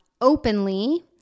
openly